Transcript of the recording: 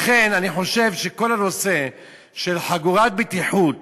לכן אני חושב שכל הנושא של חגורת בטיחות